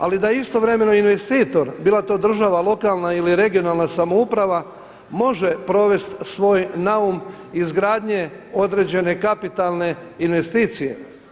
Ali da istovremeno investitor, bilo to država lokalna ili regionalna samouprava može provesti svoj naum izgradnje određene kapitalne investicije.